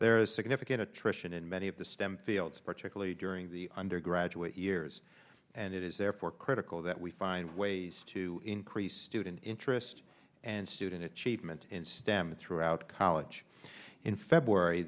there is significant attrition in many of the stem fields particularly during the undergraduate years and it is therefore critical that we find ways to increase student interest and student achievement in stem throughout college in february